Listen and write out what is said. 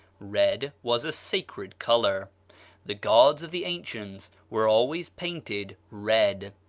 red was a sacred color the gods of the ancients were always painted red.